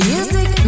Music